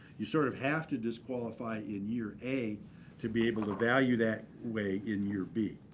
you sort of have to disqualify in year a to be able to value that way in year b.